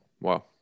Wow